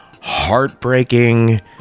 heartbreaking